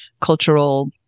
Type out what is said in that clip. cultural